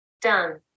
Done